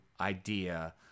idea